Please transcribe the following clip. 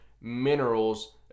minerals